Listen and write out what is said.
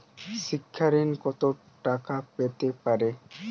শিক্ষা ঋণ কত টাকা পেতে পারি?